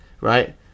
right